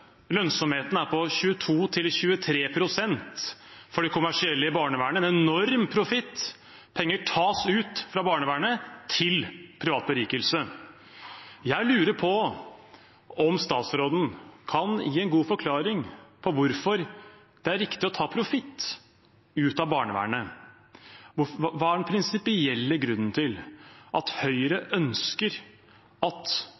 lønnsomheten er på 22–23 pst. for det kommersielle barnevernet, en enorm profitt. Penger tas ut fra barnevernet til privat berikelse. Jeg lurer på om statsråden kan gi en god forklaring på hvorfor det er riktig å ta profitt ut av barnevernet. Hva er den prinsipielle grunnen til at Høyre ønsker at